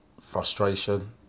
Frustration